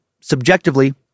subjectively